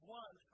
one